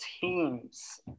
teams